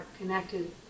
connected